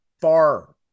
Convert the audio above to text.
far